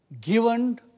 given